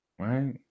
Right